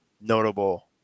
notable